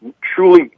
truly